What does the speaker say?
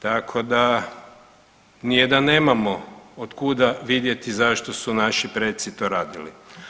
Tako da nije da nemamo od kuda vidjeti zašto su naši preci to radili.